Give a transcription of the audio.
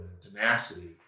tenacity